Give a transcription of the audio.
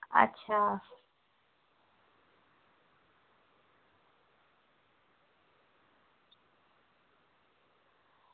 अच्छा